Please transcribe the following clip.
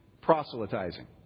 proselytizing